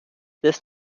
this